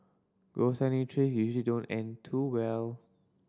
ghost hunting trips usually don't end too well